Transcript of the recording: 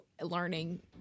learning